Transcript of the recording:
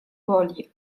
boli